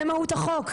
זה מהות החוק.